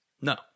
No